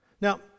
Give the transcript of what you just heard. Now